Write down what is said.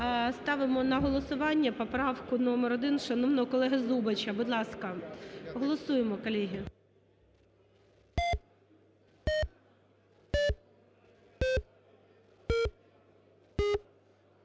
Ставимо на голосування поправку номер 1 шановного колеги Зубача. Будь ласка, голосуємо, колеги.